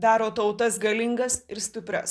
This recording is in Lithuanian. daro tautas galingas ir stiprias